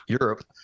Europe